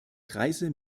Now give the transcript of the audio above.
kreise